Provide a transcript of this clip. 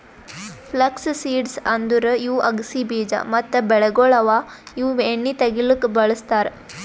flux seeds ಅಂದುರ್ ಇವು ಅಗಸಿ ಬೀಜ ಮತ್ತ ಬೆಳೆಗೊಳ್ ಅವಾ ಇವು ಎಣ್ಣಿ ತೆಗಿಲುಕ್ ಬಳ್ಸತಾರ್